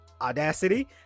Audacity